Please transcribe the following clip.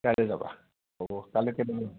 কাইলৈ যাবা হ'ব কাইলেকে তুমি